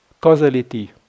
causality